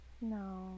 no